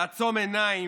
לעצום עיניים,